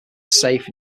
safe